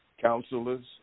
counselors